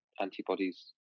antibodies